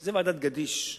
זה ועדת-גדיש.